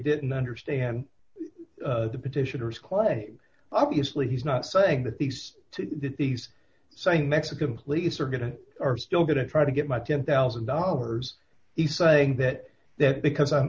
didn't understand the petitioners claim obviously he's not saying that these two he's saying mexican police are going to are still going to try to get my ten thousand dollars he's saying that that bec